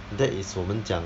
that is 我们讲